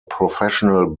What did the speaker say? professional